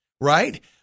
right